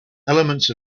elements